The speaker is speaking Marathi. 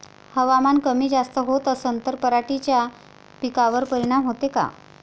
हवामान कमी जास्त होत असन त पराटीच्या पिकावर परिनाम होते का?